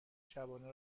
شبانه